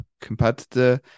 competitor